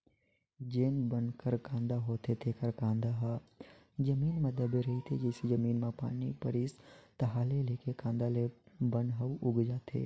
जेन बन कर कांदा होथे तेखर कांदा ह जमीन म दबे रहिथे, जइसे जमीन म पानी परिस ताहाँले ले कांदा ले बन ह उग जाथे